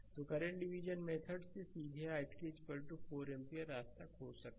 तो current division method से सीधे i3 4 एम्पीयर रास्ता खोज सकता है